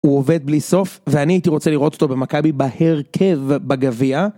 הוא עובד בלי סוף ואני הייתי רוצה לראות אותו במכבי בהרכב בגביע.